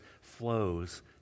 flows